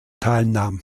teilnahm